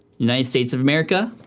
united states of america.